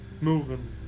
moving